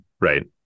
right